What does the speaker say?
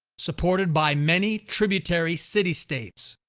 supported by many tributary city-states.